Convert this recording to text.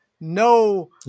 no